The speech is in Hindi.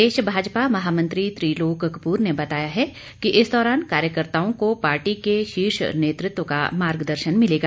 प्रदेश भाजपा महामंत्री त्रिलोक कप्र ने बताया है कि इस दौरान कार्यकर्ताओं को पार्टी के शीर्ष नेतृत्व का मार्गदर्शन मिलेगा